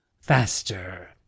Faster